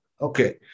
Okay